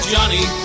Johnny